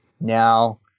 Now